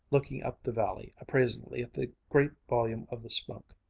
looking up the valley appraisingly at the great volume of the smoke,